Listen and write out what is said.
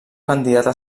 candidata